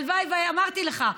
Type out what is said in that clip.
אמרתי לך,